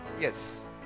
yes